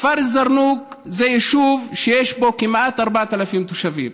כפר א-זרנוק זה יישוב שיש בו כמעט 4,000 תושבים.